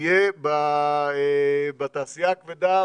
תהיה בתעשייה הכבדה,